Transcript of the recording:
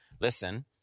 listen